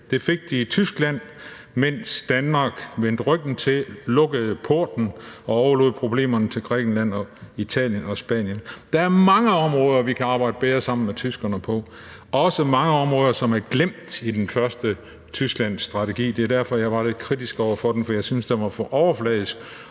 Det fik de i Tyskland, mens Danmark vendte ryggen til, lukkede porten og overlod problemerne til Grækenland og Italien og Spanien. Der er mange områder, vi kan arbejde bedre sammen med tyskerne på, også mange områder, som er glemt i den første Tysklandsstrategi. Det er derfor, jeg var lidt kritisk over for den, for jeg synes, at den var for overfladisk